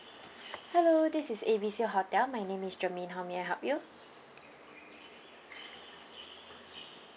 hello this is A B C hotel my name is germaine how may I help you